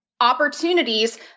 Opportunities